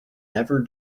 never